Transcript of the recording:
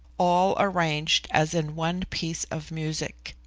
all arranged as in one piece of music.